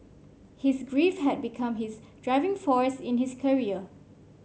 his grief had become his driving force in his career